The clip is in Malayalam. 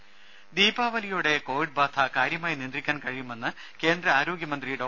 ദേദ ദീപാവലിയോടെ കോവിഡ്ബാധ കാര്യമായി നിയന്ത്രിക്കാൻ കഴിയുമെന്ന് കേന്ദ്ര ആരോഗ്യ മന്ത്രി ഡോ